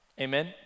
amen